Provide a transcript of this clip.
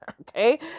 Okay